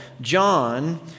John